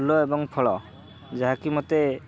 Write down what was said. ଫୁଲ ଏବଂ ଫଳ ଯାହାକି ମୋତେ